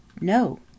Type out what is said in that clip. No